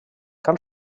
cal